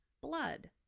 blood